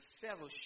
fellowship